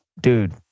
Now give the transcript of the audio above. dude